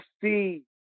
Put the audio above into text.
see